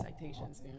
citations